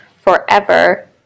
forever